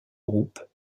groupes